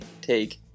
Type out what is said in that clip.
take